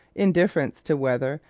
indifference to weather,